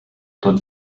tot